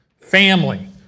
Family